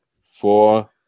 four